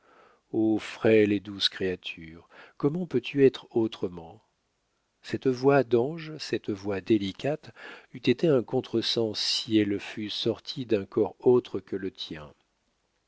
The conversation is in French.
o frêle et douce créature comment peux-tu être autrement cette voix d'ange cette voix délicate eût été un contre-sens si elle fût sortie d'un corps autre que le tien